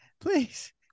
please